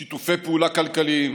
שיתופי פעולה כלכליים,